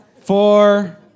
four